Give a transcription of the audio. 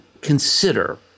consider